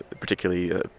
particularly